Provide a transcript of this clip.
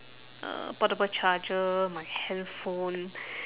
uh portable charger my handphone